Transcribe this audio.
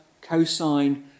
cosine